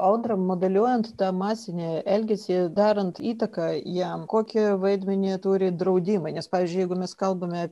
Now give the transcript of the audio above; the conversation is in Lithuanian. audra modeliuojant tą masinį elgesį darant įtaką jam kokį vaidmenį turi draudimai nes pavyzdžiui jeigu mes kalbame